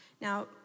Now